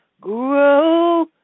Grow